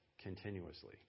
continuously